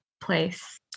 place